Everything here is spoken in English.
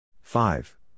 Five